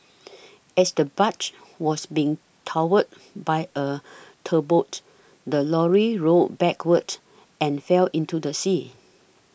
as the barge was being towed by a tugboat the lorry rolled backward and fell into the sea